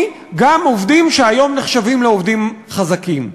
גם עובדים שהיום נחשבים לעובדים חזקים,